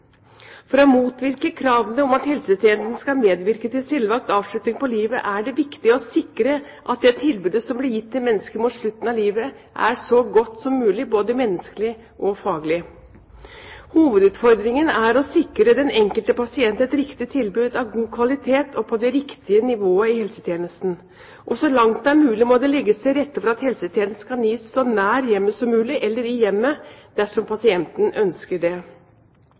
for dårlig hjelp. For å motvirke kravene om at helsetjenesten skal medvirke til selvvalgt avslutning på livet, er det viktig å sikre at det tilbudet som blir gitt til mennesker mot slutten av livet, er så godt som mulig både menneskelig og faglig. Hovedutfordringen er å sikre den enkelte pasient et riktig tilbud av god kvalitet og på det riktige nivået i helsetjenesten. Så langt det er mulig, må det legges til rette for at helsetjenestene kan gis så nær hjemmet som mulig, eller i hjemmet dersom pasienten ønsker det.